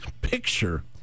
picture